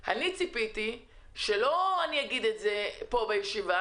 הציפייה שלי הייתה שלא אני אגיד את זה כאן בישיבה